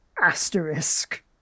asterisk